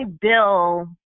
bill